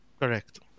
Correct